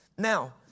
Now